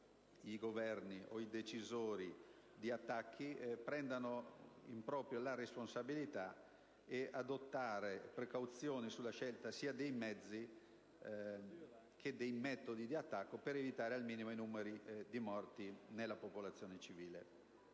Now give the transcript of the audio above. i Governi, o i decisori di attacchi, prendano in proprio la responsabilità e adottino precauzioni sulla scelta sia dei mezzi che dei metodi di attacco, per evitare al minimo i morti tra i civili.